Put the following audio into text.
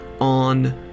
on